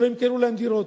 שלא ימכרו להם דירות.